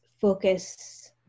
focus